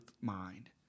mind